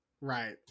right